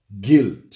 guilt